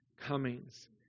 comings